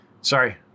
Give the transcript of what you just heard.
Sorry